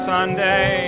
Sunday